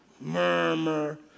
murmur